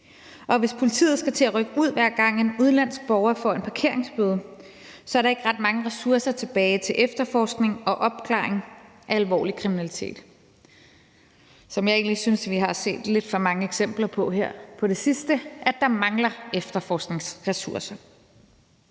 Og hvis politiet skal til at rykke ud, hver gang en udenlandsk borger får en parkeringsbøde, er der ikke ret mange ressourcer tilbage til efterforskning og opklaring af alvorlig kriminalitet – hvilket jeg egentlig synes, vi har set lidt for mange eksempler på her på det sidste, altså at der mangler efterforskningsressourcer.